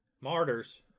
Martyrs